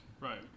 Right